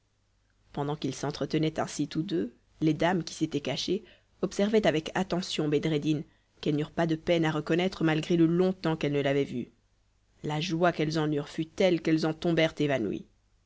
pendant qu'ils s'entretenaient ainsi tous deux les dames qui s'étaient cachées observaient avec attention bedreddin qu'elles n'eurent pas de peine à reconnaître malgré le long temps qu'elles ne l'avaient vu la joie qu'elles en eurent fut telle qu'elles en tombèrent évanouies